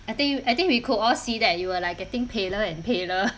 I think I think we could all see that you were like getting paler and paler